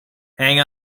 hang